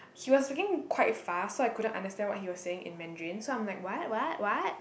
he was speaking quite fast so I couldn't understand what he was saying in Mandarin so I'm like what what what